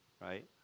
right